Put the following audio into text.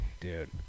Dude